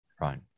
right